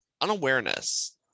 unawareness